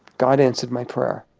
god answered my prayer.